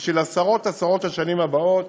בשביל עשרות ועשרות השנים הבאות,